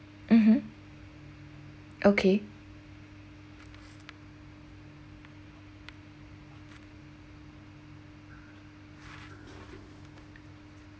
mmhmm okay